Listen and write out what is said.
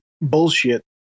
bullshit